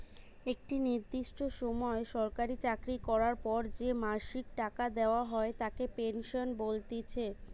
একটা নির্দিষ্ট সময় সরকারি চাকরি করার পর যে মাসিক টাকা দেওয়া হয় তাকে পেনশন বলতিছে